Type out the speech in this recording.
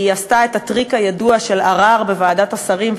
היא עשתה את הטריק הידוע של ערר בוועדת השרים,